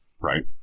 right